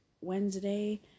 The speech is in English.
Wednesday